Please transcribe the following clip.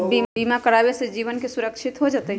बीमा करावे से जीवन के सुरक्षित हो जतई?